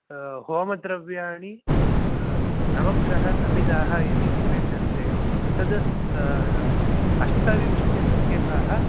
होमद्रव्याणि नवग्रहसमिदाः इति अपेक्षन्ते तद् अष्टविंशतिसंक्यकाः